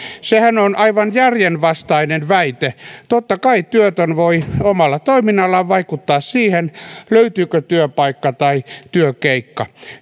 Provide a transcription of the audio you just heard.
sehän on aivan järjenvastainen väite totta kai työtön voi omalla toiminnallaan vaikuttaa siihen löytyykö työpaikka tai työkeikka